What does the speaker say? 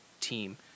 team